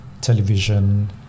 television